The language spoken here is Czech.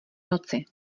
noci